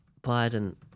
Biden